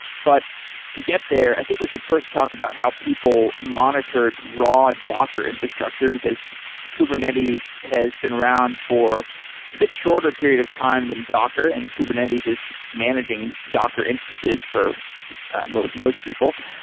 but to get there i think we should first talk about how people monitored raw docker infrastructure, because kubernetes has been around for a bit shorter period of time than docker, and kubernetes is managing docker instances for most most people.